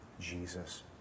Jesus